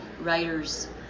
writers